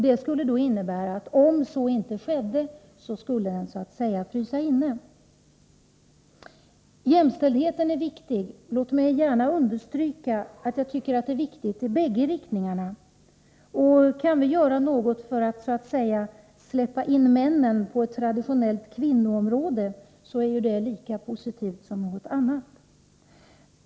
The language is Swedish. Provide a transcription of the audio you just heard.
Det skulle innebära att om så skedde, skulle denna månad så att säga frysa inne. Jämställdheten är viktig. Jag vill gärna understryka att det är viktigt med jämställdhet både för kvinnor och för män. Om vi kan göra något för att ”släppa in” männen på ett traditionellt kvinnoområde, så är det positivt.